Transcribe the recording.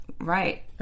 Right